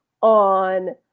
on